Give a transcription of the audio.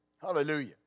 Hallelujah